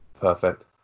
Perfect